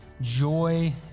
joy